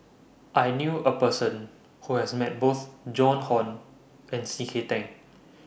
I knew A Person Who has Met Both Joan Hon and C K Tang